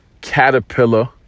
caterpillar